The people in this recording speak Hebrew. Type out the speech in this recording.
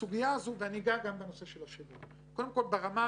השונים באוכלוסייה